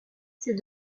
c’est